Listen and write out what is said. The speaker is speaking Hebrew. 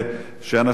שאנשים כרגע,